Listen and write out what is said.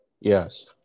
Yes